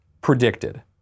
predicted